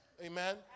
Amen